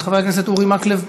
חבר הכנסת אורי מקלב,